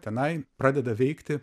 tenai pradeda veikti